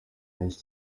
menshi